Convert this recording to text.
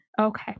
Okay